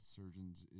surgeons